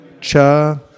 Cha